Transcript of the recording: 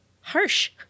harsh